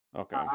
Okay